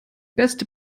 beste